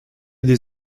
des